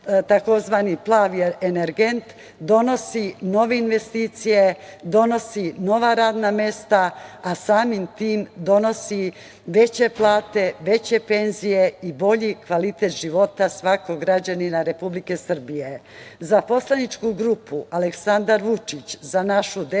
tzv. plavi energent donosi nove investicije, donosi nova radna mesta, a samim tim donosi veće plate, veće penzije i bolji kvalitet života svakog građanina Republike Srbije.Za poslaničku grupu Aleksandar Vučić – Za našu decu